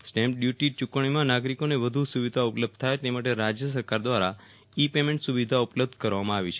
stamp duty ચૂકવણીમાં નાગરિકોને વ્યુ સુવિધા ઉપલબ્ધ થાય તે માટે રાજ્ય સરકાર દ્વારા ઇ પેમેન્ટ સુવિધા ઉપલબ્ધ કરાવવામાં આવી છે